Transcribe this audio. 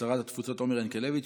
שרת התפוצות עומר ינקלביץ',